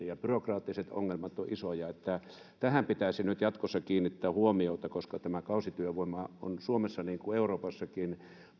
ja byrokraattiset ongelmat ovat isoja eli tähän pitäisi jatkossa kiinnittää huomiota koska tämä kausityövoima on suomessa niin kuin euroopassakin